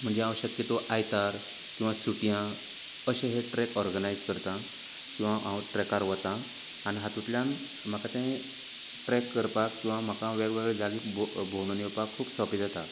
म्हणजे हांव शक्यतो आयतार किंवां सुटयांक अशें हे ट्रेक ओरगनायज करतां किंवां हांव ट्रेकार वता आनी हातूंतल्यान म्हाका तें ट्रेक करपाक किंवां म्हाका वेगवगेळे जागे भोंव भोंवणोन येवपाक खूब सोपें जाता